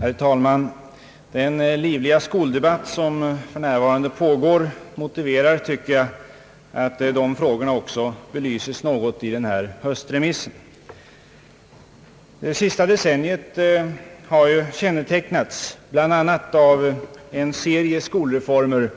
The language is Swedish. Herr talman! Den livliga skoldebatt som för närvarande pågår motiverar att skolfrågorna också belyses i höstremissen. Det senaste decenniet har kännetecknats bl.a. av en serie skolreformer,